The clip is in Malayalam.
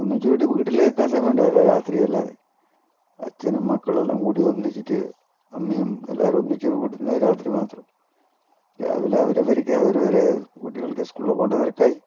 ഒന്നിച്ച് കൂടി വീട്ടിലെത്താൻ സമയമുണ്ടാകില്ല രാത്രിയെല്ലാം അച്ഛനും മക്കളും എല്ലാം കൂടി ഒന്നിച്ചിട്ട് അമ്മയും എല്ലാവരും ഒന്നിച്ച് കൂടുന്നത് രാത്രി മാത്രം രാവിലെ അവരഅവർക്ക് അവരവരുടേതായ കുട്ടികൾക്ക് സ്കൂളിൽ പോകണ്ട തിരക്കായി